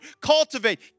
cultivate